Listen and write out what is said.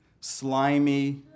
slimy